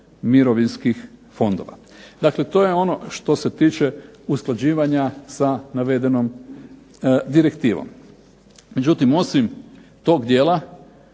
mirovinskih fondova. Dakle to je ono što se tiče usklađivanja sa navedenom direktivom. Međutim osim tog dijela,